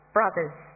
Brothers